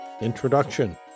Introduction